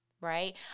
right